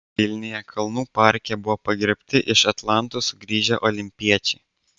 vilniuje kalnų parke buvo pagerbti iš atlantos sugrįžę olimpiečiai